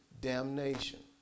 damnation